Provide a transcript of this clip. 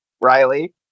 Riley